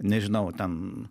nežinau ten